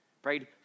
Prayed